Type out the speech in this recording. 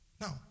Now